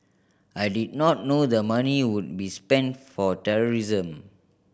I did not know the money would be spent for terrorism